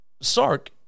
Sark